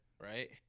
Right